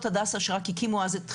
הדסה", שרק הקימו אז את הדסה,